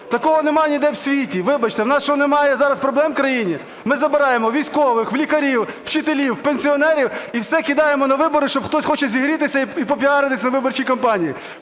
Такого нема ніде в світі. Вибачите, у нас що немає зараз проблем в країні? Ми забираємо в військових, в лікарів, у вчителів, в пенсіонерів і все кидаємо на вибори, що хтось хоче зігрітися і попіаритись на виборчій кампанії.